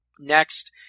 Next